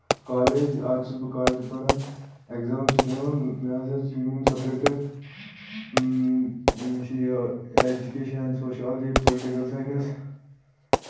college آز چھُس بہٕ کالیجہِ پَران ایٚگزام چھُس دِوان مےٚ حظ چھ یِم یِم سبجیٚکٹ مےٚ چھُ یہِ ایٚجوٗکیشن سوشالجی پُلٹِکل ساینس